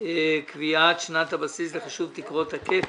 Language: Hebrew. (קביעת שנת הבסיס לחישוב תקרות הקאפ